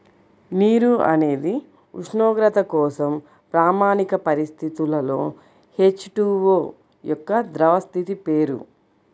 నీరు అనేది ఉష్ణోగ్రత కోసం ప్రామాణిక పరిస్థితులలో హెచ్.టు.ఓ యొక్క ద్రవ స్థితి పేరు